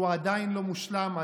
שהוא עדיין לא מושלם.